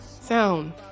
sound